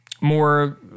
more